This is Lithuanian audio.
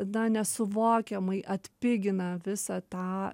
na nesuvokiamai atpigina visą tą